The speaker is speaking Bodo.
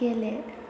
गेले